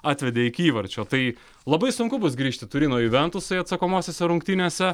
atvedė iki įvarčio tai labai sunku bus grįžti turino juventusui atsakomosiose rungtynėse